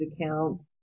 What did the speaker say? account